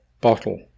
bottle